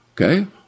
Okay